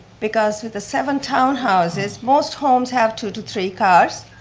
because with the seven townhouses, most homes have two to three cars,